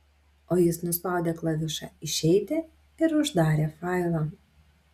o jis nuspaudė klavišą išeiti ir uždarė failą